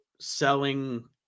selling